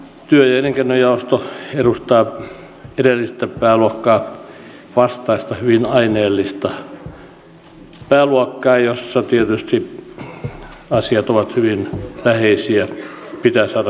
sosiaali ja terveysministeriön talousarvioesityksen taustalla on kasvava huoli julkisen talouden tasapainosta sekä kaikkein heikoimmassa asemassa olevien toimeentulosta